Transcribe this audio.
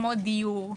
כמו דיור,